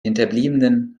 hinterbliebenen